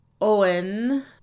Owen